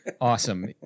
awesome